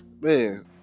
man